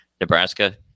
Nebraska